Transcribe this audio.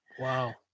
Wow